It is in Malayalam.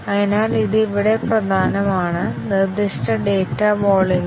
അതിനാൽ ഇത് ഇവിടെ പ്രധാനമാണ് നിർദ്ദിഷ്ട ഡാറ്റ വോള്യങ്ങൾ